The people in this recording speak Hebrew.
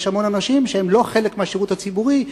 יש המון אנשים שהם לא חלק מהשירות הציבורי,